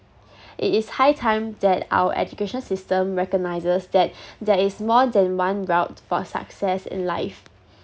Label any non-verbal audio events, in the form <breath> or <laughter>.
<breath> it is high time that our education system recognises that there is more than one route for success in life